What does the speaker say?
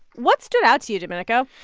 what stood out to you, domenico?